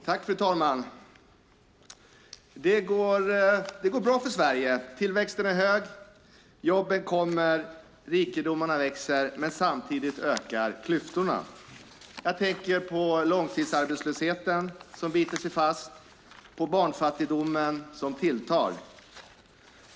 Fru talman! Det går bra för Sverige. Tillväxten är hög. Jobben kommer och rikedomarna växer. Men samtidigt ökar klyftorna. Jag tänker på långtidsarbetslösheten som biter sig fast och på barnfattigdomen som tilltar.